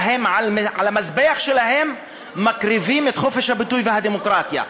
שעל המזבח שלהם מקריבים את חופש הביטוי והדמוקרטיה.